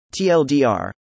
TLDR